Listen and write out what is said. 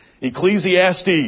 Ecclesiastes